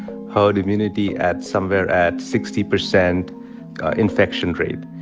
herd immunity at somewhere at sixty percent infection rate.